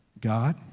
God